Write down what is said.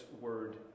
word